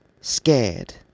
scared